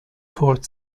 fourth